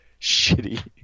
shitty